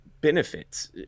benefits